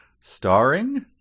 Starring